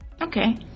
Okay